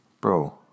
Bro